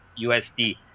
USD